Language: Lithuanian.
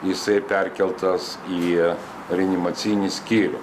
jisai perkeltas į reanimacinį skyrių